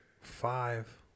five